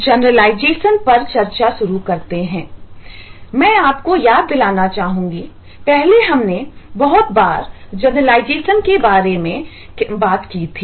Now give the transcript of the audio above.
generalisation के बारे में क्या बात की थी